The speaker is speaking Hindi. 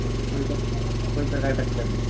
हाँ तो कोई प्रकार कोई प्रकार दिक्कत नहीं